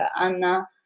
Anna